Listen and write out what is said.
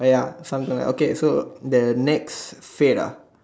!aiya! something like that okay so the next fad ah